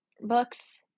books